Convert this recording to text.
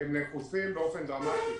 נחוצים באופן דרמטי.